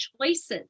choices